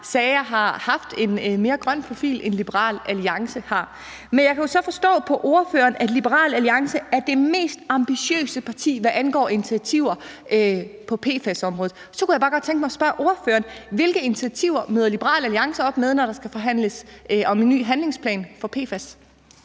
sager har haft en mere grøn profil, end Liberal Alliance har. Men jeg kan jo så forstå på ordføreren, at Liberal Alliance er det mest ambitiøse parti, hvad angår initiativer på PFAS-området. Så kunne jeg bare godt tænke mig at spørge ordføreren: Hvilke initiativer møder Liberal Alliance op med, når der skal forhandles om en ny handlingsplan for PFAS?